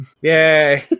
yay